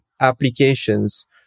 applications